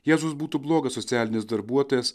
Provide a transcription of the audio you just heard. jėzus būtų blogas socialinis darbuotojas